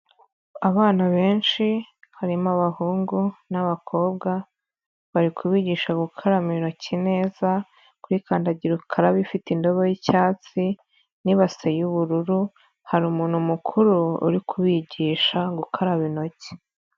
Abana benshi harimo abahungu n'abakobwa, bari kubigisha gukaraba intoki neza kuri kandagira ukarabe ifite indobo y'icyatsi, n'ibase y'ubururu, hari umuntu mukuru uri kubigisha gukaraba intoki.